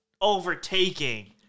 overtaking